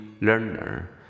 learner